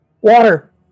Water